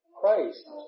Christ